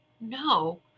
no